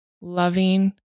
loving